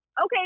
Okay